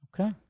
Okay